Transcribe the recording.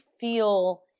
feel